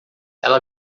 ela